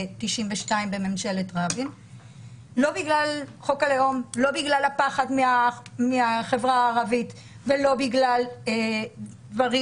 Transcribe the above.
לא בגלל הפחד מהחברה הערבית ולא בגלל דברים